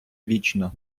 вічно